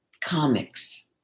comics